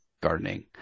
gardening